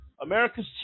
America's